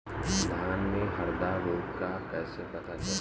धान में हरदा रोग के कैसे पता चली?